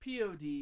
POD